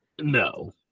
No